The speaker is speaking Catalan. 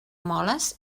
moles